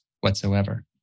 whatsoever